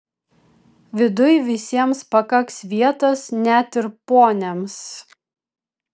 viduj visiems pakaks vietos net ir poniams